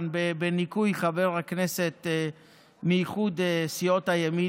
בניכוי חבר הכנסת מאיחוד סיעות הימין,